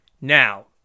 Now